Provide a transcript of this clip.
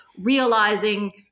realizing